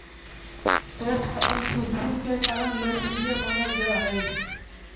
सौंफ अपन खुशबू के कारण लोकप्रिय मानल जा हइ